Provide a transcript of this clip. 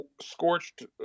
scorched